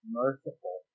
merciful